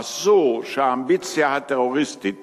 אסור שהאמביציה הטרוריסטית